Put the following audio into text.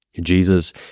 Jesus